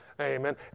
Amen